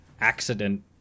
accident